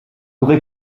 aurez